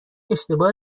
اشتباه